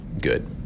good